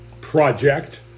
project